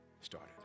started